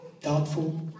doubtful